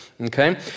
okay